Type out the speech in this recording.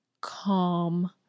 calm